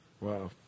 Wow